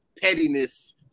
pettiness